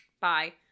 bye